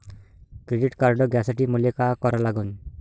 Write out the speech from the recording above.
Credit card घ्यासाठी मले का करा लागन?